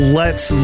lets